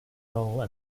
role